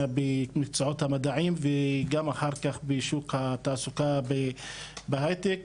במקצועות המדעיים וגם אחר כך בשוק התעסוקה בהייטק,